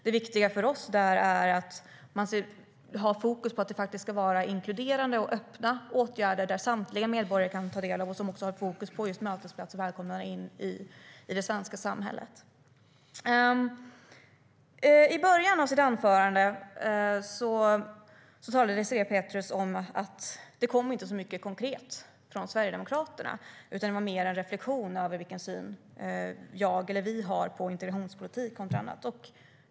Det viktiga för oss är att ha fokus på att det ska vara inkluderande och öppna för åtgärder som samtliga medborgare kan ta del av, att ha fokus på mötesplatser och välkomna in i det svenska samhället. I början av sitt anförande sa Désirée Pethrus att det inte kom så mycket konkret från Sverigedemokraterna, utan det var mer en reflektion över den syn som jag eller vi har på integrationspolitik kontra annat.